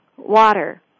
water